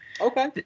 Okay